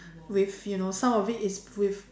with you know some of it is with